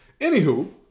Anywho